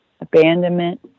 abandonment